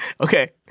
Okay